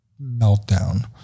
meltdown